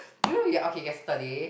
you know ya okay yesterday